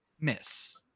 miss